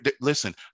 Listen